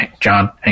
John